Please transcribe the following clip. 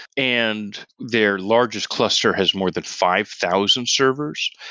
and their largest cluster has more than five thousand servers.